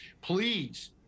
Please